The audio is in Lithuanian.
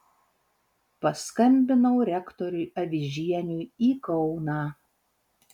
paskambinau rektoriui avižieniui į kauną